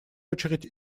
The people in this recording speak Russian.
очередь